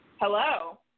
hello